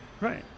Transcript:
Right